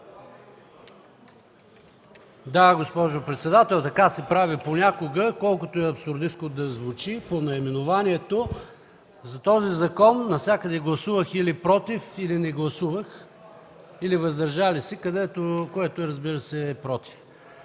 Да, госпожо председател, така се прави понякога, колкото и абсурдистко да звучи. По наименованието на този закон навсякъде гласувах или „против”, или не гласувах, или „въздържал се”, което, разбира се, е „против”.